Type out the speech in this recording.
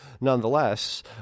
nonetheless